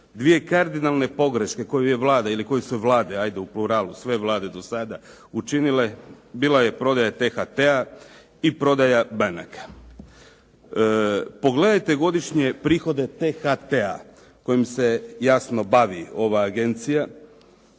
Dvije kardinalne pogreške koje je Vlada ili koje su vlade, hajde u pluralu sve vlade do sada učinile, bila je prodaja T-HT-a i prodaja banaka. Pogledajte godišnje prihode T-HT-a kojim se jasno bavi ova agencija.